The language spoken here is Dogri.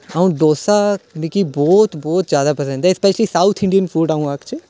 अ'ऊं डोसा मिकी बहुत बहुत ज्याद पसंद ऐ स्पैशली साउथ इंडियन फूड अ'ऊं आखचै